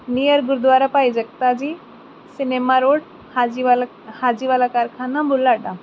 near Gurdwara Bhai Jagta Ji cinema road Hajiwal Hajiwala ਕਾਰਖਾਨਾ ਬੁਢਲਾਡਾ